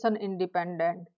independent